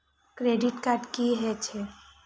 Credit card की हे छे?